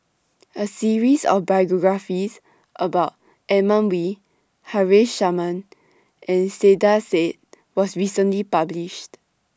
A series of biographies about Edmund Wee Haresh Sharma and Saiedah Said was recently published